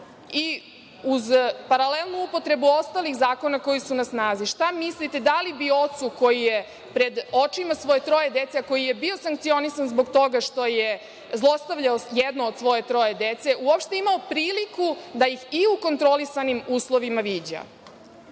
i uz paralelnu upotrebu ostalih zakona koji su na snazi, šta mislite da li bi otac koji je pred očima svoje troje dece, a koji je bio sankcionisan zbog toga što je zlostavljao jedno od svoje troje dece, uopšte imao priliku da ih i u kontrolisanim uslovima viđa?